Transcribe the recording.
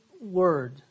word